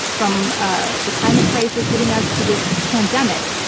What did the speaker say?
from ah the climate crisis hitting us to this pandemic,